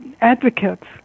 advocates